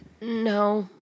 no